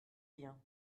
bien